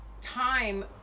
time